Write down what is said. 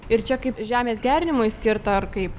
ir čia kaip žemės gerinimui skirta ar kaip